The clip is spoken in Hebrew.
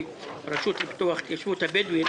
"הרשות לפיתוח ההתיישבות הבדואית",